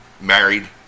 married